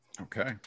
Okay